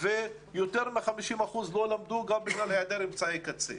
וכי יותרמ-50 אחוזים מהילדים לא למדו בגלל היעדר אמצעי קצה.